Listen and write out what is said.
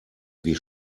wie